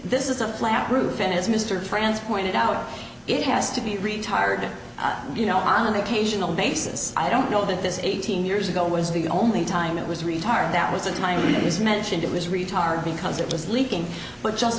this is a flat roof and as mr francis pointed out it has to be retired you know on the occasional basis i don't know that this eighteen years ago was the only time it was retired that was a time when it is mentioned it was retard because it was leaking but just